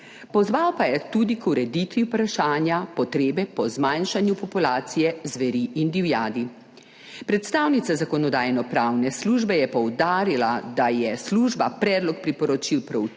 Pozval pa je tudi k ureditvi vprašanja potrebe po zmanjšanju populacije zveri in divjadi. Predstavnica Zakonodajno-pravne službe je poudarila, da je služba predlog priporočil proučila,